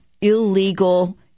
illegal